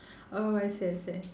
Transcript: oh I see I see